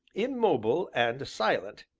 immobile and silent,